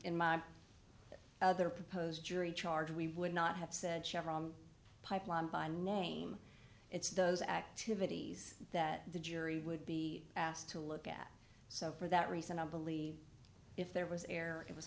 in my other proposed jury charge we would not have said pipeline by name it's those activities that the jury would be asked to look at so for that reason i believe if there was air it was